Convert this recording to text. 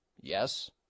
yes